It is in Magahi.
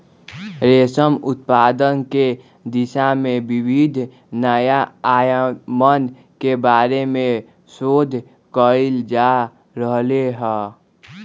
रेशम उत्पादन के दिशा में विविध नया आयामन के बारे में शोध कइल जा रहले है